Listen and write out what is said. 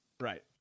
Right